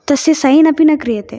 तस्य सैन् अपि न क्रियते